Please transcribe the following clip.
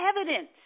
evidence